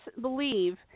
believe